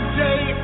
day